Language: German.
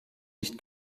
nicht